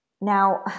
Now